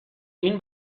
این